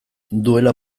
duela